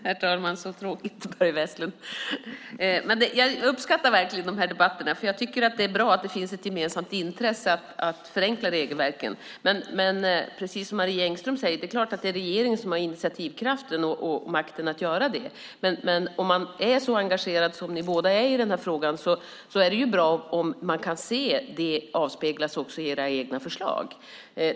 Herr talman! Så tråkigt för Börje Vestlund. Jag uppskattar verkligen de här debatterna. Jag tycker att det är bra att det finns ett gemensamt intresse av att förenkla regelverken. Precis som Marie Engström säger är det klart att det är regeringen som har initiativkraften och makten att göra det. Men om ni är så engagerade som ni båda är i den här frågan är det bra om man kan se det avspeglas i era egna förslag.